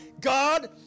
God